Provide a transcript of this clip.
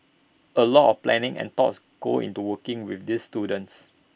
A lot of planning and thoughts goes into working with these students